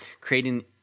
creating